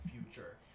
future